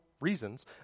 reasons